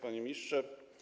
Panie Ministrze!